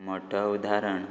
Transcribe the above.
मोटो उदारण